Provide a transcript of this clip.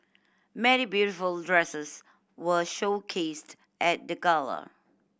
many beautiful dresses were showcased at the gala